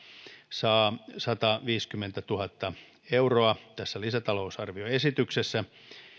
saa sataviisikymmentätuhatta euroa tässä lisätalousarvioesityksessä